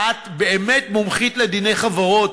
ואת באמת מומחית לדיני חברות,